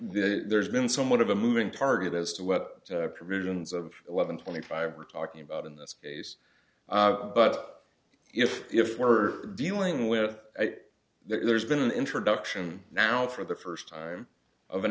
that there's been somewhat of a moving target as to what provisions of eleven twenty five we're talking about in this case but if if we're dealing with it there's been an introduction now for the first time of an